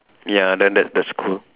ya then that that's cool